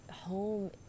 home